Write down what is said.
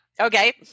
Okay